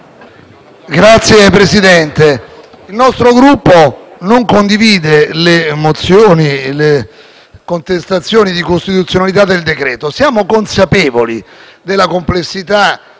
Signor Presidente, il nostro Gruppo non condivide le questioni e le contestazioni di costituzionalità sul decreto-legge. Siamo consapevoli della complessità